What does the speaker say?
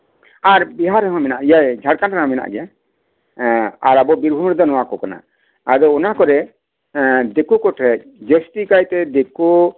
ᱟᱨ ᱵᱤᱦᱟᱨ ᱨᱮᱦᱚᱸ ᱢᱮᱱᱟᱜ ᱜᱮᱭᱟ ᱤᱭᱟᱹ ᱡᱷᱟᱲᱠᱷᱚᱱᱰ ᱨᱮᱦᱚᱸ ᱢᱮᱱᱟᱜ ᱜᱮᱭᱟ ᱮᱜ ᱟᱵᱚ ᱵᱤᱨᱵᱷᱩᱢ ᱨᱮᱫᱚ ᱱᱚᱶᱟ ᱠᱚ ᱠᱟᱱᱟ ᱟᱫᱚ ᱚᱱᱟ ᱠᱚᱨᱮᱫ ᱫᱤᱠᱩ ᱠᱚᱴᱷᱮᱱ ᱡᱟᱹᱥᱛᱤ ᱠᱟᱭᱛᱮ ᱫᱤᱠᱩ